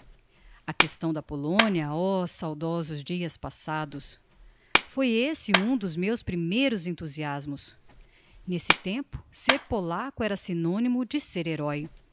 a questão da polonia oh saudosos dias passados foi esse um dos meus primeiros enthusiasmos n'esse tempo ser polaco era synonimo de ser heroe